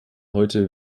heute